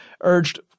urged